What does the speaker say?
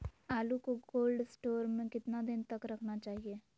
आलू को cold store में कितना दिन तक रखना चाहिए?